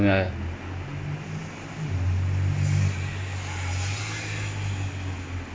then you have to pay like them ஏற்கனவே வந்து:erkanavae vanthu pitch perfect you paying around like thirty dollars forty dollars I can't remember